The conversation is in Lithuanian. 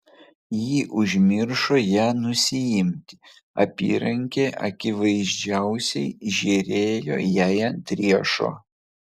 ji užmiršo ją nusiimti apyrankė akivaizdžiausiai žėrėjo jai ant riešo